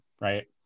right